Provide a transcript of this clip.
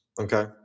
okay